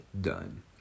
done